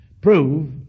prove